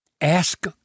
Ask